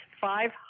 five